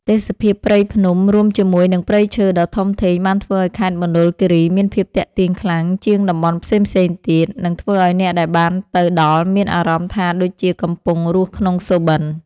ទេសភាពព្រៃភ្នំរួមជាមួយនឹងព្រៃឈើដ៏ធំធេងបានធ្វើឱ្យខេត្តមណ្ឌលគីរីមានភាពទាក់ទាញខ្លាំងជាងតំបន់ផ្សេងៗទៀត និង ធ្វើឱ្យអ្នកដែលបានទៅដល់មានអារម្មណ៍ថាដូចជាកំពុងរស់ក្នុងសុបិន។